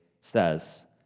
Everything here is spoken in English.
says